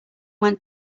went